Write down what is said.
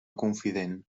confident